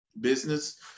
business